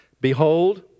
Behold